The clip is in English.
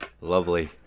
lovely